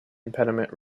impediment